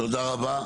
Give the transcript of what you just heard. תודה רבה.